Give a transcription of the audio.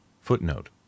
Footnote